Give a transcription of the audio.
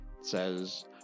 says